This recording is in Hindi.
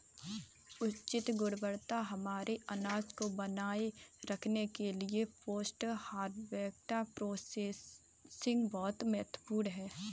उच्च गुणवत्ता वाले अनाज को बनाए रखने के लिए पोस्ट हार्वेस्ट प्रोसेसिंग बहुत महत्वपूर्ण है